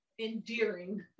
endearing